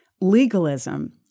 Legalism